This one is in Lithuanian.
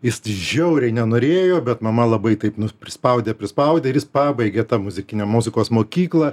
jis žiauriai nenorėjo bet mama labai taip nu prispaudė prispaudėir jis pabaigė tą muzikinę muzikos mokyklą